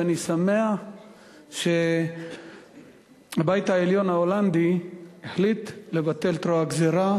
ואני שמח שהבית העליון בהולנד החליט לבטל את רוע הגזירה,